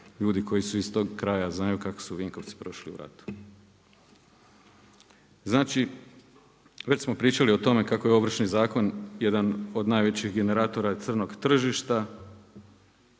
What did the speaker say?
Ljudi koji su iz tog kraja znaju kako su Vinkovci prošli u ratu. Znači već smo pričali o tome kako je Ovršni zakon jedan od najvećih generatora crnog tržišta,